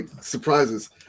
surprises